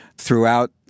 Throughout